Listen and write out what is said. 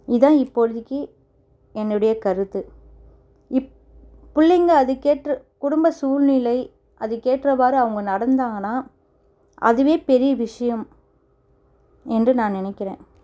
இதுதான் இப்பொழுதைக்கு என்னுடையக்கருத்து இப் பிள்ளைங்க அதுக்கேற்ற குடும்ப சூழ்நிலை அதுக்கேற்றவாறு அவங்க நடந்தாங்கனால் அதுவே பெரிய விஷயம் என்று நான் நினைக்கிறேன்